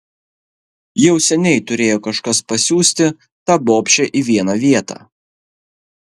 jau seniai turėjo kažkas pasiųsti tą bobšę į vieną vietą